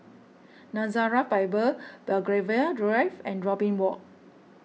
Nazareth Bible Belgravia Drive and Robin Walk